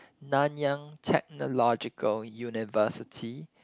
Nanyang-Technological-University